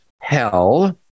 hell